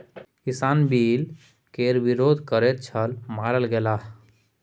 किसान बिल केर विरोध करैत छल मारल गेलाह